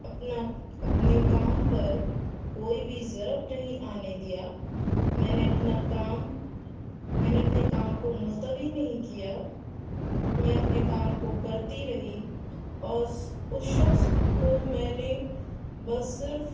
اپنا اپنے کام پر کوئی بھی ضرب نہیں آنے دیا میں نے اپنا کام میں نے اپنے کام کو ملتوی نہیں کیا میں اپنے کام کو کرتی رہی اور اس شخص کو میں نے بس صرف